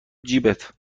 جیبت